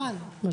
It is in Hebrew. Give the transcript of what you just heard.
האקדמאים